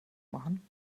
machen